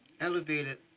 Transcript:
elevated